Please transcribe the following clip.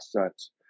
assets